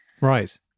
Right